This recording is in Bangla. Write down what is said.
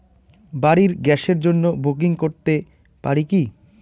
বাড়ির গ্যাসের জন্য বুকিং করতে পারি কি?